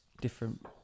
different